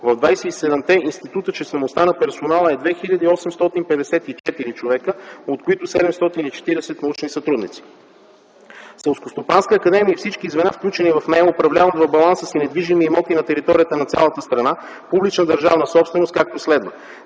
В 27-те института числеността на персонала е 2854 човека, от които 740 научни сътрудници. Селскостопанската академия и всички звена, включени в нея, управляват в баланса си недвижими имоти на територията на цялата страна, публична държавна собственост, както следва: